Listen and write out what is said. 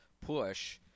push